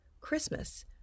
Christmas